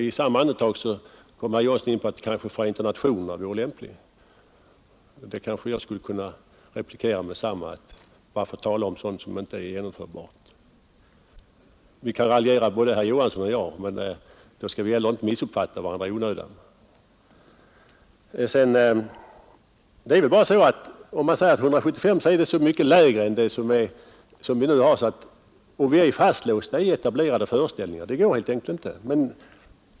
I samma andetag kom då herr Johansson in på att Förenta nationerna vore en lämplig sådan instans, och då vill jag genast replikera: Varför tala om sådant som inte är genomförbart? Både herr Johansson och jag kan raljera, men då skall vi inte heller missuppfatta varandra i onödan. Om man föreslår 175 ledamöter, så är ju det ett mycket lägre antal än det nuvarande, och eftersom vi är så fastlåsta i etablerade föreställningar går det tydligen inte att skära ner antalet på det sättet.